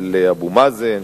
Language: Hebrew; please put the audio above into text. של אבו מאזן,